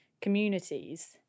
communities